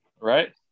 Right